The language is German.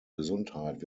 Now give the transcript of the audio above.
gesundheit